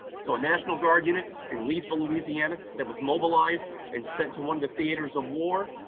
so a national guard unit in leesville, louisiana, that was mobilized and sent to one of the theaters of war,